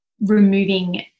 removing